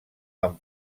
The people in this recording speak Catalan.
van